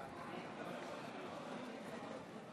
אדוני ראש הממשלה החלופי ושר הביטחון,